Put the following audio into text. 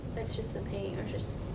that's just a paint or just,